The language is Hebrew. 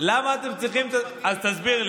אופיר,